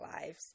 lives